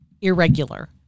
irregular